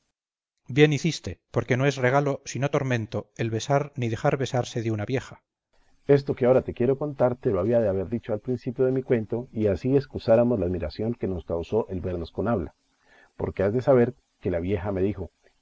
bien hiciste porque no es regalo sino tormento el besar ni dejar besarse de una vieja berganza esto que ahora te quiero contar te lo había de haber dicho al principio de mi cuento y así escusáramos la admiración que nos causó el vernos con habla porque has de saber que la vieja me dijo